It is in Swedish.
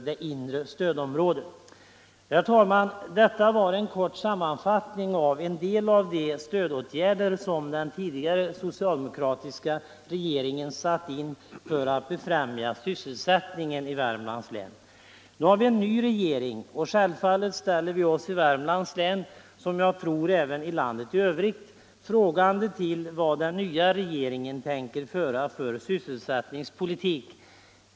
Detta var en kort sammanfattning av en del av de stödåtgärder som den tidigare socialdemokratiska regeringen satt in för att befrämja sysselsättningen i Värmlands län. Nu har vi en ny regering, och självfallet ställer vi oss i Värmlands län, liksom jag tror även i landet i övrigt, frågande tull vilken sysselsättningspolitik den nya regeringen tänker föra.